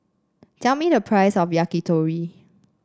tell me the price of Yakitori